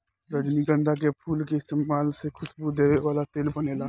रजनीगंधा के फूल के इस्तमाल से खुशबू देवे वाला तेल बनेला